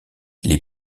les